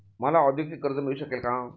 मला औद्योगिक कर्ज मिळू शकेल का?